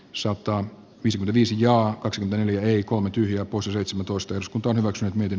sota on pisin viisi ja kaksi neljä viikon mentyä puseitsemäntoista jos kunto hyväkseen miten